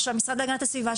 של המשרד להגנת הסביבה,